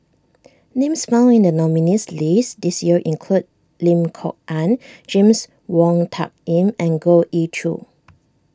names found in the nominees' list this year include Lim Kok Ann James Wong Tuck Yim and Goh Ee Choo